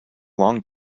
long